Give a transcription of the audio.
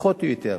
פחות או יותר.